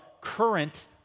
current